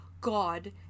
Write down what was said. God